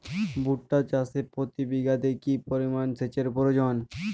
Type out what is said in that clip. ভুট্টা চাষে প্রতি বিঘাতে কি পরিমান সেচের প্রয়োজন?